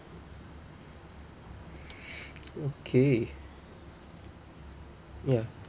okay ya